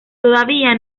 todavía